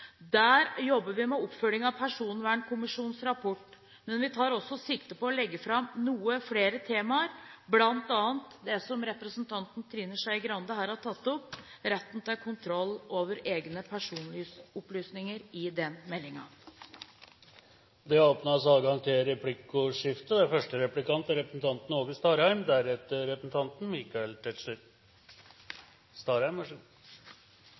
Der jobber vi med oppfølgingen av Personvernkommisjonens rapport, men vi tar også sikte på i den meldingen å legge fram noen flere temaer, bl.a. det som representanten Trine Skei Grande her har tatt opp: retten til kontroll over egne personopplysninger. Det blir replikkordskifte. Vi har i